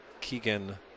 Keegan